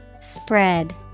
Spread